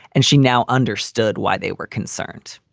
and she now understood why they were concerned.